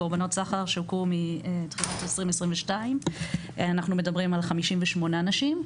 קורבנות סחר שהוכרו מתחילת 2022. אנחנו מדברים על 58 נשים.